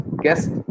guest